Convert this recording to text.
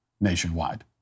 nationwide